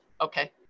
Okay